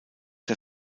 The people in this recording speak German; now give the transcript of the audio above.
der